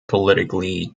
politically